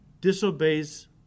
disobeys